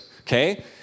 okay